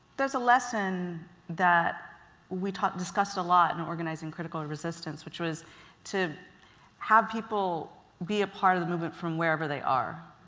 there's a lesson that we taught and discussed a lot in organizing critical resistance which was to have people be a part of the movement from wherever they are.